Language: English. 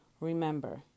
Remember